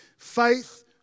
Faith